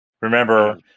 Remember